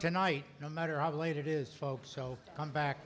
tonight no matter how late it is folks so come back